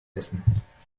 essen